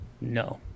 No